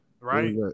right